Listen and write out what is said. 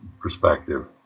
perspective